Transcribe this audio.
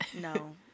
No